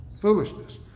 foolishness